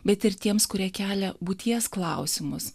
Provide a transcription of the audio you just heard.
bet ir tiems kurie kelia būties klausimus